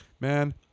man